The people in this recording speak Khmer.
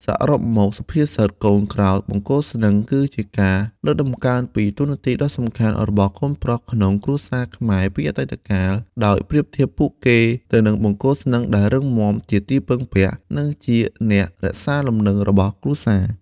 សរុបមក សុភាសិត "កូនក្រោលបង្គោលស្នឹង" គឺជាការលើកតម្កើងពីតួនាទីដ៏សំខាន់របស់កូនប្រុសក្នុងគ្រួសារខ្មែរពីអតីតកាល ដោយប្រៀបធៀបពួកគេទៅនឹងបង្គោលស្នឹងដែលរឹងមាំ ជាទីពឹងពាក់ និងជាអ្នករក្សាលំនឹងរបស់គ្រួសារ។